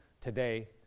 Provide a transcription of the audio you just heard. today